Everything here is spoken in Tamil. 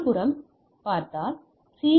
மறுபுறம் பார்த்தால் சி